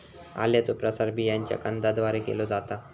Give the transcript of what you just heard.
आल्याचो प्रसार बियांच्या कंदाद्वारे केलो जाता